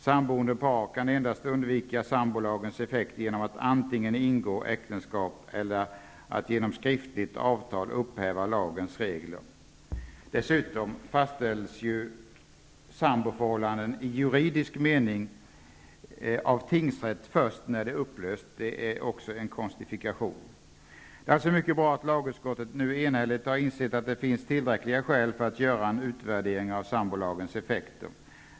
Samboende par kan undvika sambolagens effekt endast genom att antingen ingå äktenskap eller genom skriftligt avtal upphäva lagens regler. Dessutom fastställs samboförhållanden i juridisk mening av tingsrätt först sedan de upplösts. Det är också en konstifikation. Det är alltså mycket bra att ett enhälligt utskott nu har insett att det finns tillräckliga skäl för att göra en utvärdering av sambolagens effekter.